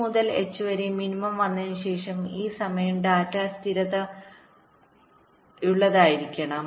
C മുതൽ h വരെ minimum വന്നതിനുശേഷം ഈ സമയം ഡാറ്റ സ്ഥിരതയുള്ളതായിരിക്കണം